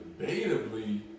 debatably